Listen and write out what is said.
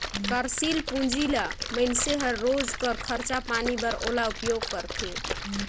कारसील पूंजी ल मइनसे हर रोज कर खरचा पानी बर ओला उपयोग करथे